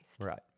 Right